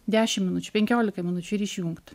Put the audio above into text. dešimt minučių penkiolikai minučių ir išjungt